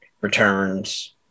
Returns